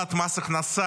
העלאת מס הכנסה,